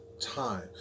time